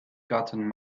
gotten